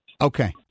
Okay